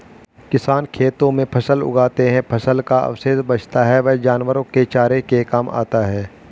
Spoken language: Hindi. किसान खेतों में फसल उगाते है, फसल का अवशेष बचता है वह जानवरों के चारे के काम आता है